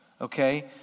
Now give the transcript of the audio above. Okay